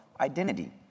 identity